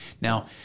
Now